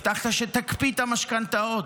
הבטחת שתקפיא את המשכנתאות,